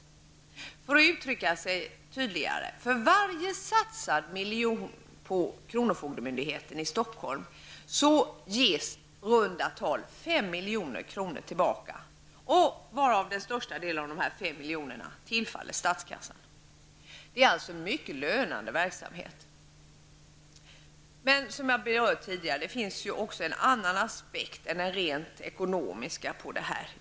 Detta kan uttryckas tydligare: Stockholm ger i runda tal 5 milj.kr. tillbaka, varav den största delen tillfaller statskassan. Det är en mycket lönande verksamhet. Som jag har berört tidigare finns även en annan aspekt än den rent ekonomiska.